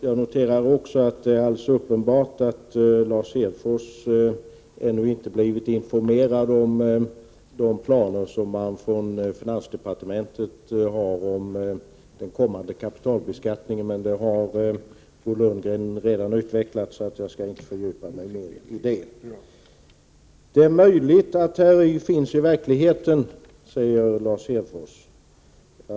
Jag noterar också att det är alldeles uppenbart att Lars Hedfors ännu inte blivit informerad om de planer som man i finansdepartementet har om den kommande kapitalbeskattningen. Men det har Bo Lundgren redan utvecklat, så jag skall inte fördjupa mig i det. Det är möjligt att herr Y finns i verkligheten, säger Lars Hedfors.